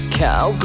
cow